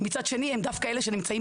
ומצד שני הם דווקא אלה שנמצאים